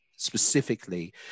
specifically